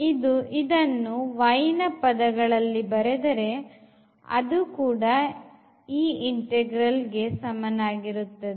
ಇದು y ನ ಪದಗಳಲ್ಲಿ ಬರೆದರೆ ಅದು ಕೂಡ ಈ integral ಗೆ ಸಮನಾಗಿರುತ್ತದೆ